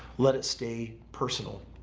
let it stay personal.